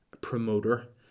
promoter